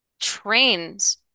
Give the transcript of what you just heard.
trains